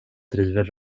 driver